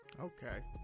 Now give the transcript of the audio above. Okay